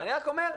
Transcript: אני רק אומר,